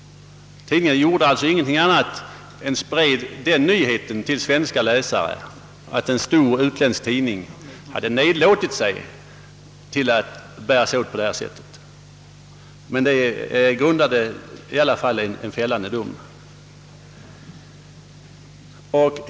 Tidningen spred alltså bara till svenska läsare nyheten att en stor utländsk tidning hade nedlåtit sig till att bära sig åt på det sättet. Men detta ledde i alla fall till en fällande dom.